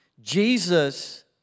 Jesus